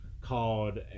called